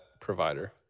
provider